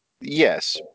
Yes